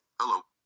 Hello